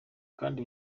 kandi